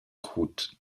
route